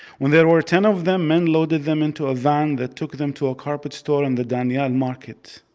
when there were ten of them, men loaded them into a van that took them to a carpet store in the danyal market.